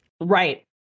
Right